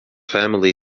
family